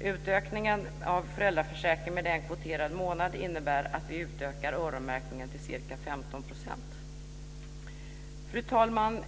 Utökningen av föräldraförsäkringen med en kvoterad månad innebär att vi utökar öronmärkningen till ca Fru talman!